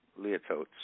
leototes